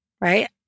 right